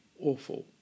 Awful